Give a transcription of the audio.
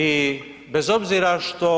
I bez obzira što